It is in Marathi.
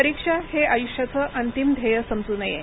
परीक्षा हे आयुष्याचं अंतिम ध्येय समजू नये